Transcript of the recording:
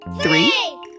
three